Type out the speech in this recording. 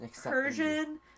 Persian